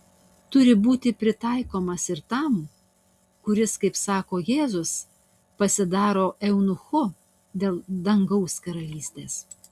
turi būti pritaikomas ir tam kuris kaip sako jėzus pasidaro eunuchu dėl dangaus karalystės